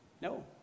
No